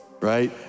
right